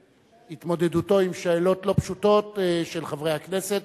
התמודדותו עם שאלות לא פשוטות של חברי הכנסת.